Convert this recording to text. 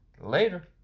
Later